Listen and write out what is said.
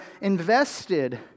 invested